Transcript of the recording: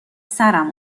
سرم